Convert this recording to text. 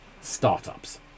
startups